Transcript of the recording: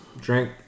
drink